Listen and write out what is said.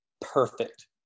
perfect